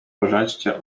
wreszcie